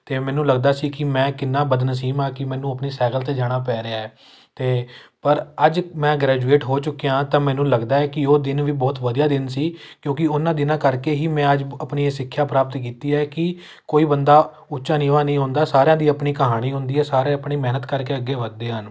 ਅਤੇ ਮੈਨੂੰ ਲੱਗਦਾ ਸੀ ਕਿ ਮੈਂ ਕਿੰਨਾ ਬਦਨਸੀਬ ਆ ਕਿ ਮੈਨੂੰ ਆਪਣੀ ਸਾਈਕਲ 'ਤੇ ਜਾਣਾ ਪੈ ਰਿਹਾ ਅਤੇ ਪਰ ਅੱਜ ਮੈਂ ਗ੍ਰੈਜੂਏਟ ਹੋ ਚੁੱਕਿਆ ਤਾਂ ਮੈਨੂੰ ਲੱਗਦਾ ਹੈ ਕਿ ਉਹ ਦਿਨ ਵੀ ਬਹੁਤ ਵਧੀਆ ਦਿਨ ਸੀ ਕਿਉਂਕਿ ਉਹਨਾਂ ਦਿਨਾਂ ਕਰਕੇ ਹੀ ਮੈਂ ਅੱਜ ਆਪਣੀ ਇਹ ਸਿੱਖਿਆ ਪ੍ਰਾਪਤੀ ਕੀਤੀ ਹੈ ਕਿ ਕੋਈ ਬੰਦਾ ਉੱਚਾ ਨੀਵਾਂ ਨਹੀਂ ਹੁੰਦਾ ਸਾਰਿਆਂ ਦੀ ਆਪਣੀ ਕਹਾਣੀ ਹੁੰਦੀ ਹੈ ਸਾਰੇ ਆਪਣੇ ਮਿਹਨਤ ਕਰਕੇ ਅੱਗੇ ਵੱਧਦੇ ਹਨ